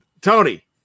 Tony